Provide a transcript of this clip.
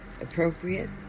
appropriate